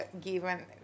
given